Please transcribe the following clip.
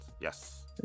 yes